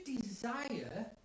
desire